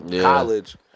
College